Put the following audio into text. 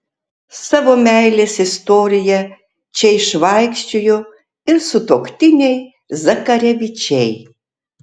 savo meilės istoriją čia išvaikščiojo ir sutuoktiniai zakarevičiai